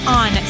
on